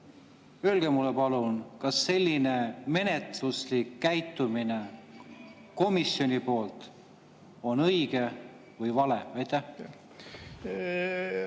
Öelge mulle palun, kas selline menetlemine komisjoni poolt on õige või vale.